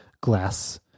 glass